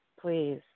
please